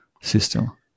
system